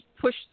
push